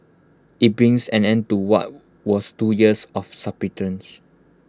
IT brings an end to what was two years of subterfuge